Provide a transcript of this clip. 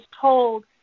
told